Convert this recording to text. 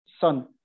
son